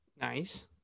nice